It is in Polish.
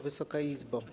Wysoka Izbo!